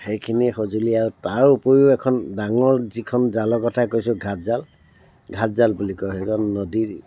সেইখিনি সঁজুলি আৰু তাৰোপৰিও এখন ডাঙৰ যিখন জালৰ কথা কৈছোঁ ঘাটজাল ঘাটজাল বুলি কয় সেইখন নদীৰ